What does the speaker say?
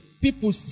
people